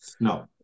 no